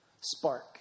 spark